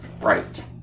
Right